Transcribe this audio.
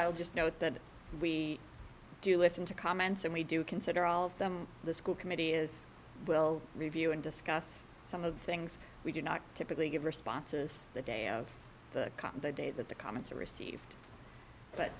i'll just note that we do listen to comments and we do consider all of them the school committee is will review and discuss some of the things we do not typically give responses the day of the day that the comments are received but